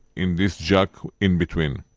in this jac, in between.